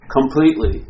completely